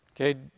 Okay